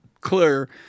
clear